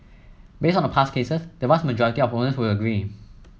based on past cases the vast majority of owners would agree